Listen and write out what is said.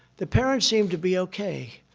the parents seemed to be okay.